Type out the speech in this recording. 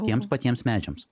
tiems patiems medžiams